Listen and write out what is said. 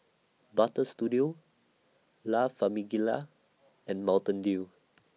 Butter Studio La Famiglia and Mountain Dew